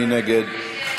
מי נגד?